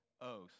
oath